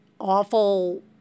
awful